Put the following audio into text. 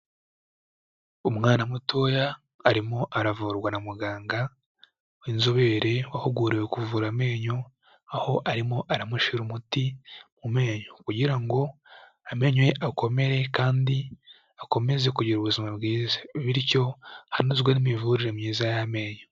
Umwana mutoya arimo aravurwa na muganga w'inzobere wahuguriwe kuvura amenyo, aho arimo aramushira umuti mu menyo kugira ngo amenyo akomere kandi akomeze kugira ubuzima bwiza, bityo hanozwe n'imivurire myiza y'amenyo.